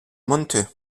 monteux